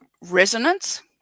resonance